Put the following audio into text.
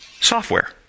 software